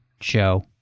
show